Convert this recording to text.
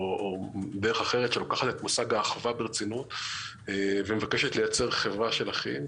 או דרך אחרת שלוקחת את מושג האחווה ברצינות ומבקשת לייצר חברה של אחים.